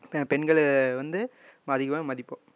பெண்கள் வந்து மதிவா மதிப்போம்